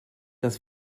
das